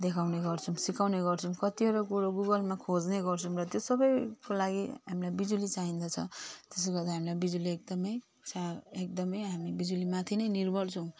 देखाउने गर्छौँ सिकाउने गर्छुौँ कतिवटा कुरो गुगलमा खोज्ने गर्छौँ र त्यो सबैको लागि हामीलाई बिजुली चाहिँदछ त्यसले गर्दा हामीलाई बिजुली एकदमै चा एकदमै हामी बिजुलीमाथि नै निर्भर छौँ